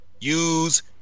use